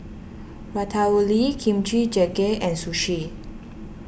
Ratatouille Kimchi Jjigae and Sushi